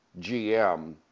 GM